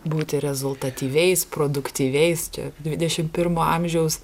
būti rezultatyviais produktyviais čia dvidešim pirmo amžiaus